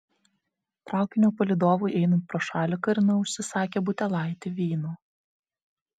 traukinio palydovui einant pro šalį karina užsisakė butelaitį vyno